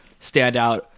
standout